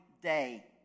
day